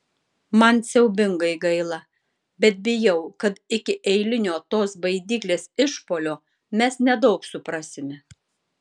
man siaubingai gaila bet bijau kad iki eilinio tos baidyklės išpuolio mes nedaug suprasime